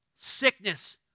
sickness